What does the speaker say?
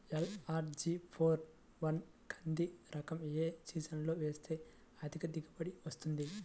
LRG four one కంది రకం ఏ సీజన్లో వేస్తె అధిక దిగుబడి వస్తుంది?